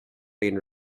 been